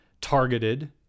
targeted